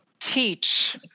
teach